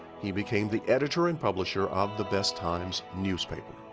he became the editor and publisher of the best times newspaper.